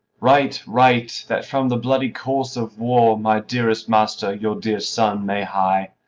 write, write, that from the bloody course of war my dearest master, your dear son, may hie.